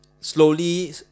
slowly